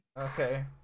Okay